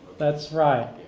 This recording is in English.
that's right.